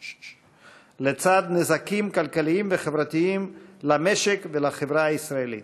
לצד נזקים כלכליים וחברתיים למשק ולחברה הישראלית.